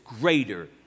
greater